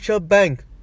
Bank